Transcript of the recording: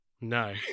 No